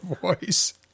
voice